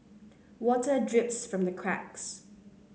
water drips from the cracks